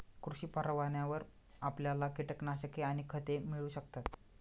कृषी परवान्यावर आपल्याला कीटकनाशके आणि खते मिळू शकतात